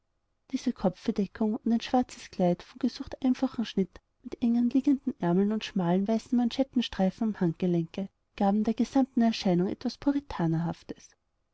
diese kopfbedeckung und ein schwarzes kleid von gesucht einfachem schnitt mit eng anliegenden aermeln und schmalen weißen manschettenstreifen am handgelenke gaben der gesamten erscheinung etwas